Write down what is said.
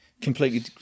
completely